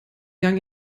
gang